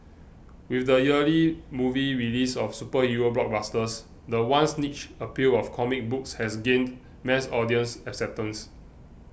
with the yearly movie releases of superhero blockbusters the once niche appeal of comic books has gained mass audience acceptance